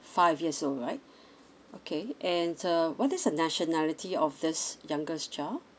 five years old right okay and uh what is the nationality of this youngest child